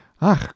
ach